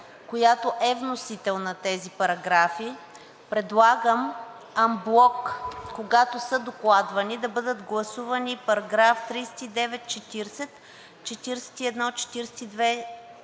която е вносител на тези параграфи, предлагам анблок, когато са докладвани, да бъдат гласувани параграфи 39, 40, 41, 42,